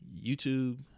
YouTube